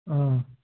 آ